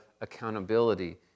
accountability